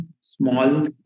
small